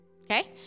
Okay